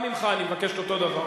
גם ממך אני מבקש את אותו הדבר.